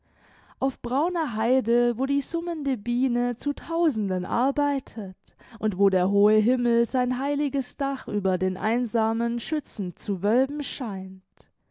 auf brauner haide wo die summende biene zu tausenden arbeitet und wo der hohe himmel sein heiliges dach über den einsamen schützend zu wölben scheint